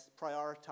prioritize